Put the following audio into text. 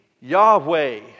Yahweh